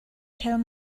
tell